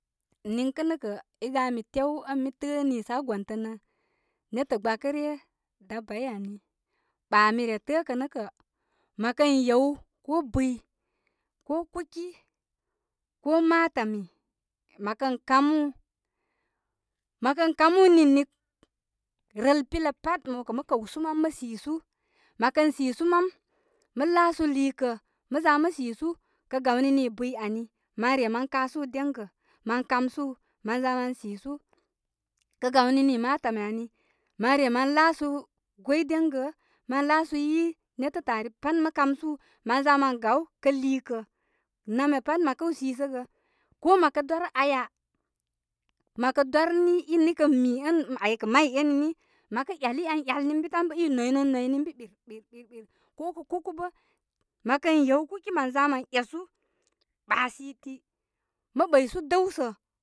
Niŋkə' nə' kə, i gami tew ən mi təə niisə aa gəntənə netə, gbakə ryə, dabai ani. Ba' mi re təəkə nə kə, mə kən yew ko bɨyi, ko kuki ko matami mə, kən kamu, məkən kamu nini rəl pilya pat mə kə mə kəwsu mam mə' sisu. Mə kə sisu mam, mə' laasu liikə' mə za mə sisu. Kə gawni nii biyi ani, ma re ma kasu deŋga mə kamsu mən za mən sisu. Kə gawni nii matami ani, mən re ma laasu gwi dengə, mə laa yi, netətə' ari pat mə kamsu. Mən za mə gaw kə' liikə. naun ya pat ma kəw sisəgə. Ko məkə dwarə aya, mə kə dwarə ni, in ikə mi ən aykə' may eni ni, məko eyali'yan yalni ənbi tan bə' i noy non noyni ən bi, ɓɨr, ɓɨr, ɓir, ɓir. Ko kə kuku bə. Mə kə yew kuki mən za mə esu, ɓa siti mə ɓatrnysu dəwsə.